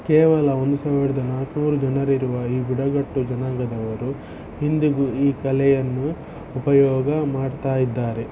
ಕೇವಲ ಒಂದು ಸಾವಿರದ ನಾಲ್ನೂರು ಜನರಿರುವ ಈ ಬುಡಕಟ್ಟು ಜನಾಂಗದವರು ಇಂದಿಗೂ ಈ ಕಲೆಯನ್ನು ಉಪಯೋಗ ಮಾಡ್ತಾ ಇದ್ದಾರೆ